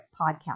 podcast